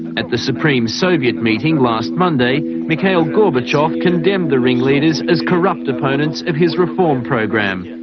at the supreme soviet meeting last monday, mikhail gorbachev condemned the ringleaders as corrupt opponents of his reform program.